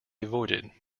avoided